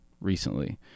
recently